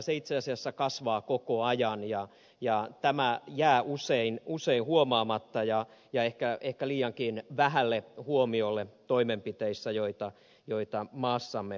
se itse asiassa kasvaa koko ajan ja tämä jää usein huomaamatta ja ehkä liiankin vähälle huomiolle toimenpiteissä joita maassamme tehdään